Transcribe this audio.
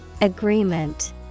Agreement